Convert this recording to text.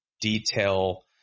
detail